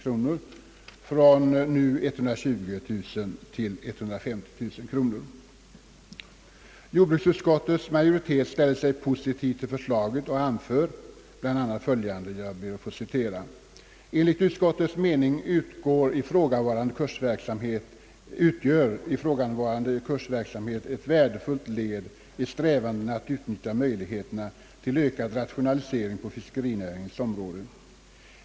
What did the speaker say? Jordbruksutskottets majoritet ställer sig positiv till förslaget och anför bl.a. följande: »Enligt utskottets mening utgör ifrågavarande kursverksamhet ett värdefullt led i strävandena att utnyttja möjligheterna till ökad rationalisering på fiskerinäringens område.